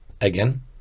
again